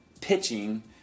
pitching